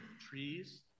trees